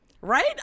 Right